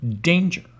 danger